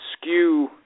skew